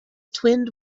twinned